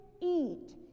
eat